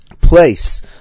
place